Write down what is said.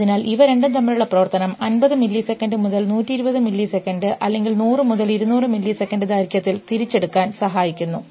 അതിനാൽ ഇവ രണ്ടും തമ്മിലുള്ള പ്രവർത്തനം 50 മില്ലി സെക്കൻഡ് മുതൽ 120 മില്ലി സെക്കൻഡ് അല്ലെങ്കിൽ 100 മുതൽ 200 മില്ലി സെക്കൻഡ് ദൈർഘ്യത്തിൽ തിരിച്ചെടുക്കാൻ സഹായിക്കുന്നു